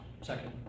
second